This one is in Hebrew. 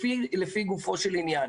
לפי גופו של עניין.